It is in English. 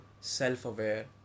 self-aware